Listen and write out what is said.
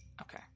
Okay